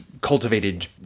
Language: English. cultivated